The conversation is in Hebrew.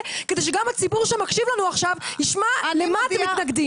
כדי שגם הציבור שמקשיב לנו עכשיו ישמע למה אתם מתנגדים.